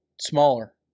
Smaller